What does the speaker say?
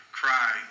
cry